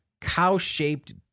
cow-shaped